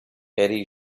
eddie